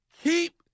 Keep